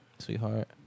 sweetheart